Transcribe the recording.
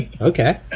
okay